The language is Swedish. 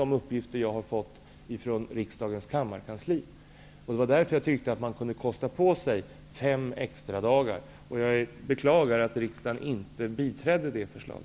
Dessa uppgifter har jag fått från riksdagens kammarkansli. Det var därför jag ansåg att man borde kosta på sig fem extra dagar. Jag beklagar att kammaren inte biträdde det förslag.